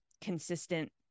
consistent